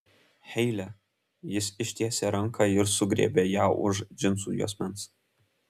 heile jis ištiesė ranką ir sugriebė ją už džinsų juosmens